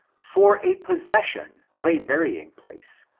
for a possession of a burying place,